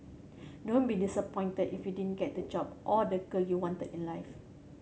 don't be disappointed if you didn't get the job or the girl you wanted in life